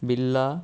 बिल्ला